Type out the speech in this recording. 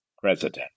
president